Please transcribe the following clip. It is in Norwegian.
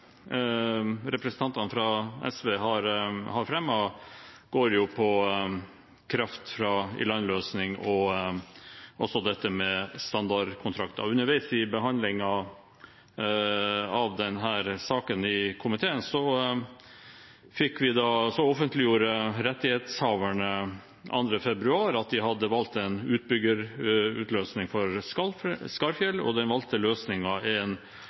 representantene fra SV har fremmet, går på kraft fra land-løsning og dette med standardkontrakter. Underveis i komiteens behandling av denne saken offentliggjorde rettighetshaverne 2. februar at de hadde valgt en utbyggingsløsning for Skarfjell. Den valgte løsningen er en